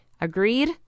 Agreed